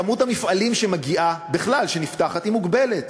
כמות המפעלים שמגיעה, בכלל שנפתחת, היא מוגבלת.